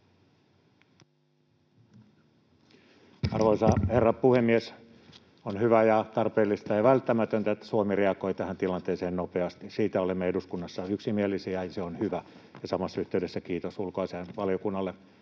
Arvoisa herra puhemies! On hyvä ja tarpeellista ja välttämätöntä, että Suomi reagoi tähän tilanteeseen nopeasti. Siitä olemme eduskunnassa yksimielisiä, ja se on hyvä, ja samassa yhteydessä kiitos ulkoasiainvaliokunnalle